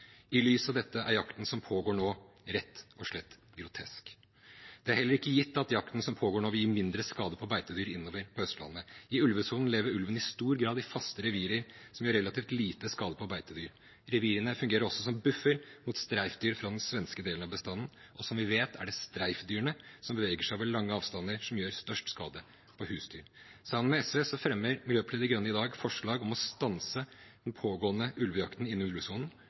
I lys av dette er jakten som pågår nå, rett og slett grotesk. Det er heller ikke gitt at jakten som pågår nå, vil gi mindre skade på beitedyr innover på Østlandet. I ulvesonen lever ulven i stor grad i faste revirer, som gir relativt lite skade på beitedyr. Revirene fungerer også som en buffer mot streifdyr fra den svenske delen av bestanden, og som vi vet, er det streifdyrene, som beveger seg over lange avstander, som gjør størst skade på husdyr. Sammen med SV fremmer Miljøpartiet De Grønne i dag forslag om å stanse den pågående ulvejakten inne i